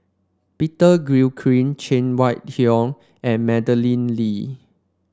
Peter Gilchrist Cheng Wai Keung and Madeleine Lee